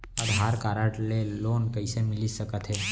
आधार card ले loan कइसे मिलिस सकत हे?